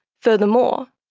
furthermore,